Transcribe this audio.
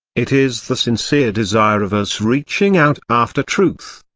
it is the sincere desire of us reaching out after truth.